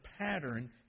pattern